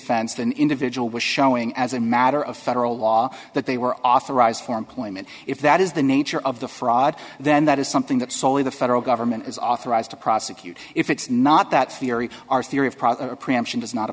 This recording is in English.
offense than individual was showing as a matter of federal law that they were authorized for employment if that is the nature of the fraud then that is something that solely the federal government is authorized to prosecute if it's not that theory our theory of product preemption does not